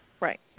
right